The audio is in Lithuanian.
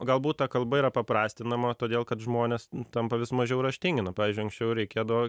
galbūt ta kalba yra paprastinama todėl kad žmonės tampa vis mažiau raštingi nu pavyzdžiui anksčiau reikėdavo